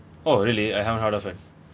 oh really I haven't heard of it